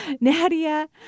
Nadia